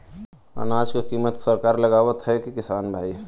अनाज क कीमत सरकार लगावत हैं कि किसान भाई?